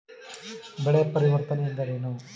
ಬೆಳೆ ಪರಿವರ್ತನೆ ಎಂದರೇನು?